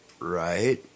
Right